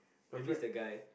maybe it's the guy